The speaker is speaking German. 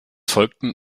folgten